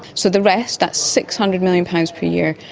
so the rest, that's six hundred million pounds per year,